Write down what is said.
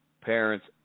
parents